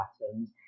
patterns